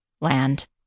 land